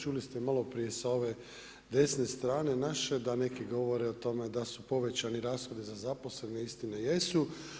Čuli ste malo prije sa ove desne strane naše da neki govore o tome da su povećani rashodi za zaposlene, istina jesu.